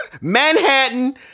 Manhattan